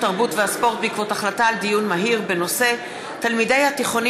התרבות והספורט בעקבות דיון מהיר בנושא: תלמידי התיכונים